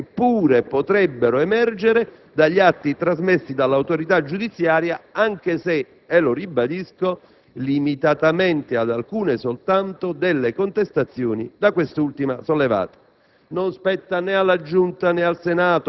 dai parametri normativi di riferimento che pure potrebbero emergere dagli atti trasmessi dall'autorità giudiziaria, anche se - lo ribadisco - limitatamente ad alcune soltanto delle contestazioni da quest'ultima sollevate.